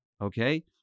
okay